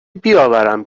بیاورم